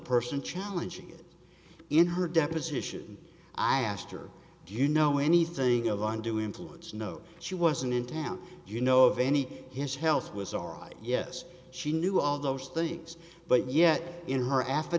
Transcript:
person challenging it in her deposition i asked her do you know anything along do influence know she wasn't in town you know of any his health was all right yes she knew all those things but yet in her af